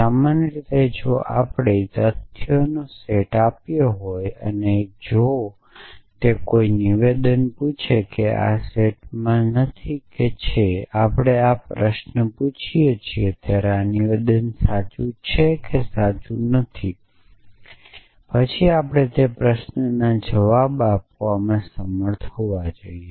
સામાન્ય રીતે જો આપણને તથ્યોનો સેટ આપ્યો હોય અને જો તે કોઈ નિવેદન પૂછે જે આ સેટમાં નથી અને આપણે પ્રશ્ન પૂછીએ છીએ કે આ નિવેદન સાચું છે કે સાચું નથી પછી આપણે તે પ્રશ્નના જવાબ આપવામાં સમર્થ હોવા જોઈએ